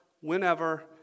whenever